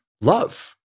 love